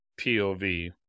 POV